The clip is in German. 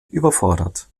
überfordert